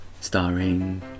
Starring